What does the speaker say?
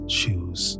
shoes